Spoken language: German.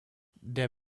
der